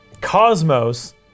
Cosmos